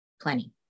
plenty